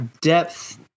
depth